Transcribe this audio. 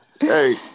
Hey